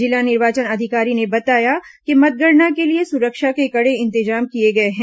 जिला निर्वाचन अधिकारी ने बताया कि मतगणना के लिए सुरक्षा के कड़े इंतजाम किए गए हैं